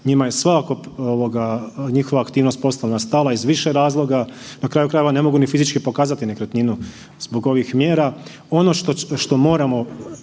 njima je sva njihova poslovna aktivnost stala iz više razloga. Na kraju krajeva ne mogu ni fizički pokazati nekretninu zbog ovih mjera. Ono što moramo